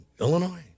Illinois